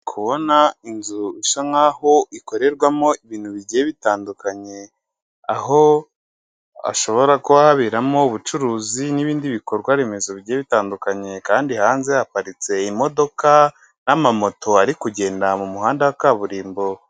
Kubona inzu bisa nk'aho' ikorerwamo ibintu bigiye bitandukanye, aho ashobora kuba haberamo ubucuruzi n'ibindi bikorwa remezo bigiye bitandukanye, kandi hanze haparitse imodoka n'amamoto ari kugenda mu muhanda wa kaburimbo.